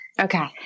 Okay